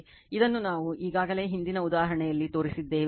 ಇದನ್ನು ನಾವು ಈಗಾಗಲೇ ಹಿಂದಿನ ಉದಾಹರಣೆಯಲ್ಲಿ ತೋರಿಸಿದ್ದೇವೆ